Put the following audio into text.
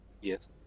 Yes